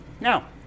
Now